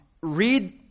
read